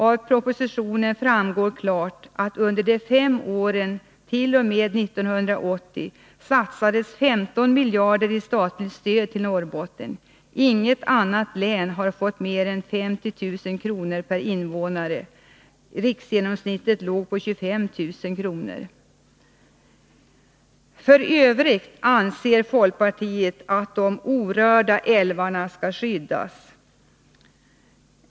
Av propositionen framgår klart att under de fem åren fram t.o.m. 1980 satsades 15 miljarder i statligt stöd till Norrbotten. Inget annat Nr 144 län har fått mer än de 50 000 kr. per invånare som Norrbotten fick — riksgenomsnittet låg på 25 000 kr. I övrigt vill folkpartiet än en gång slå fast att de orörda älvarna skall skyddas.